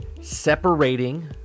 separating